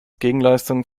gegenleistung